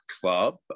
club